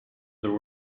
there